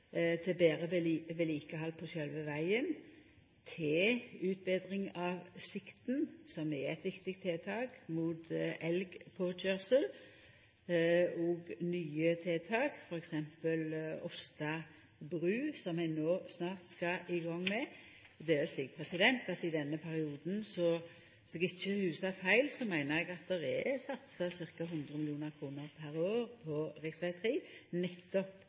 til betre vedlikehald på sjølve vegen, til utbetring av sikten, som er eit viktig tiltak mot elgpåkøyrsler, og nye tiltak, f.eks. Åsta bru, som ein no snart skal i gang med. Eg meiner – dersom eg ikkje hugsar feil – at det i denne perioden er satsa ca. 100 mill. kr per år på rv. 3 nettopp